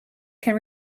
can